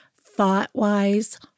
thought-wise